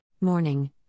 Morning